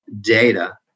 data